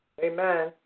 Amen